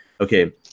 Okay